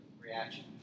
reaction